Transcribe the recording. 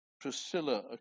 Priscilla